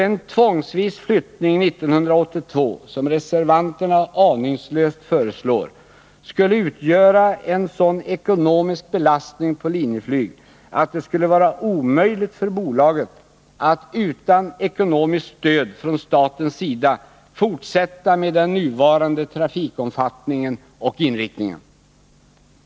En tvångsvis flyttning 1982, som reservanterna aningslöst föreslår, skulle utgöra en sådan ekonomisk belastning på Linjeflyg att det skulle vara omöjligt för bolaget att utan ekonomiskt stöd från statens sida fortsätta med den nuvarande trafikomfattningen och inriktningen.